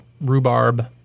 rhubarb